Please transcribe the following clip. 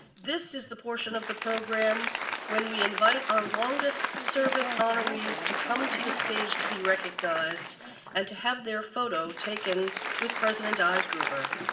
this is the portion portion of the program when we invite our longest-service honorees to come to the stage to be recognized and to have their photo taken with president eisgruber.